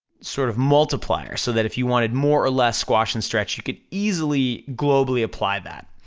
sort of multiplier, so that if you wanted more or less squash and stretch, you could easily globally apply that.